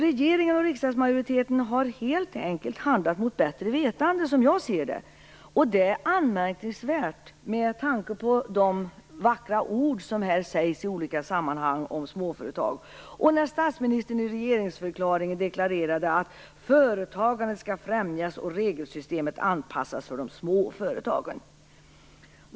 Regeringen och riksdagsmajoriteten har som jag ser det helt enkelt handlar mot bättre vetande, och det är anmärkningsvärt, med tanke på de vackra ord som yttras om småföretag i olika sammanhang. Statsministern deklarerade ju exempelvis i regeringsförklaringen att företagandet skall främjas och regelsystemet anpassas till de små företagen.